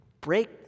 break